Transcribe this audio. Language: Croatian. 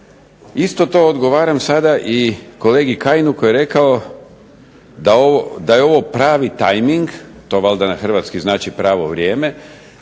Isto to odgovaram sada i kolegi Kajinu koji je rekao da je ovo pravi timing, to valjda na hrvatski znači pravo vrijeme,